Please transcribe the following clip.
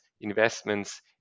investments